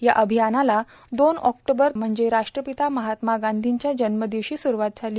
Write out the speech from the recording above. या अभियानाला दोन ऑक्टोबर म्हणजे राष्ट्रपिता महात्मा गांधींच्या जव्मदिवशी स्ररूवात झाली